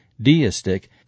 deistic